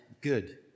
good